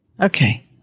Okay